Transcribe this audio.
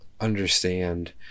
understand